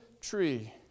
tree